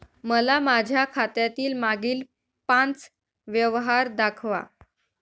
मला माझ्या खात्यातील मागील पांच व्यवहार दाखवा